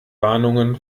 warnungen